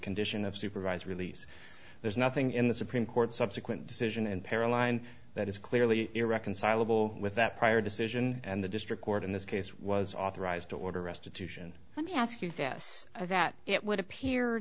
condition of supervised release there's nothing in the supreme court subsequent decision and para line that is clearly irreconcilable with that prior decision and the district court in this case was authorized to order restitution let me ask you this that it would appear